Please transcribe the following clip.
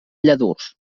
lladurs